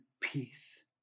peace